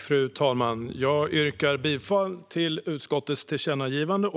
Fru talman! Jag yrkar bifall till utskottets förslag om ett tillkännagivande.